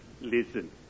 Listen